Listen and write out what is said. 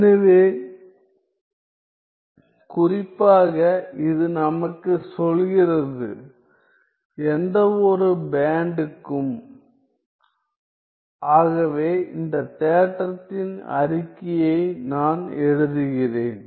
எனவே குறிப்பாக இது நமக்கு சொல்கிறது எந்தவொரு பேண்டுக்கும் ஆகவே இந்த தேற்றத்தின் அறிக்கையை நான் எழுதுகிறேன்